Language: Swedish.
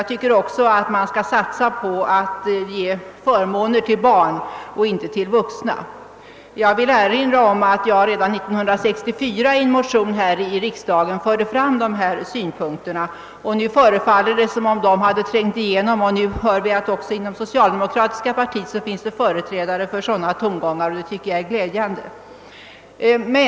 Man bör satsa på att ge förmåner till barn och inte till vuxna. Jag vill erinra om att jag redan år 1964 i en motion i riksdagen förde fram dessa synpunkter. Det förefaller nu som om de hade trängt igenom, och jag hörde att det också inom socialdemokratiska partiet finns företrädare för dessa tongångar, vilket är glädjande.